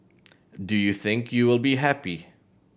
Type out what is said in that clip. do you think you will be happy